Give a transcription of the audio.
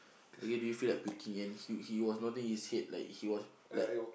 again do you feel like puking and he he was nodding his head like he was like